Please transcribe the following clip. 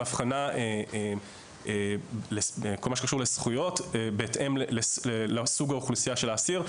הבחנה בכל מה שקשור לזכויות בהתאם לסוג האוכלוסייה של האסיר,